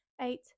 eight